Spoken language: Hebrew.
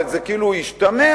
אבל זה כאילו השתמע,